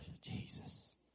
Jesus